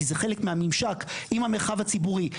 כי זה חלק מהממשק עם המרחב הציבורי,